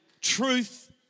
truth